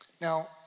Now